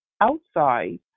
outside